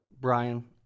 Brian